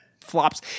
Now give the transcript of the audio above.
flops